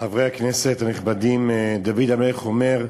חברי הכנסת הנכבדים, דוד המלך אומר: